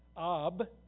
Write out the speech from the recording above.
Ab